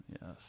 yes